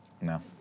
No